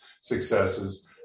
successes